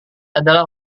adalah